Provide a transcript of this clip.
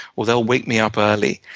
or they'll wake me up early.